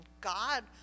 God